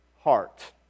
heart